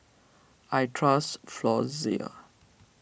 I trust Floxia